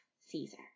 Caesar